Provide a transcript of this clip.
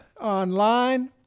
online